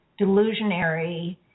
delusionary